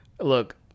look